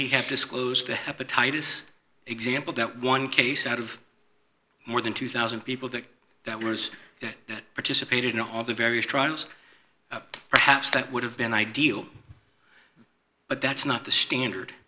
he have disclosed to hepatitis example that one case out of more than two thousand people that that was that participated in all the various trials perhaps that would have been ideal but that's not the standard